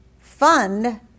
fund